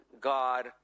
God